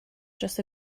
dros